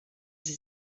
sie